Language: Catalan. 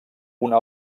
una